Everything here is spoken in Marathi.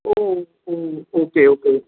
हो ओ ओ ओके ओके